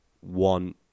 one